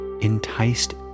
enticed